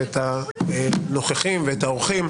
את הנוכחים ואת האורחים,